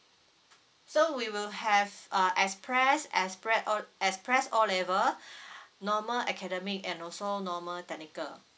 so we will have uh express expre~ O~ express O level normal academic and also normal technical